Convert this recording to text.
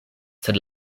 sed